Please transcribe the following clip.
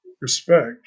respect